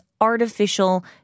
artificial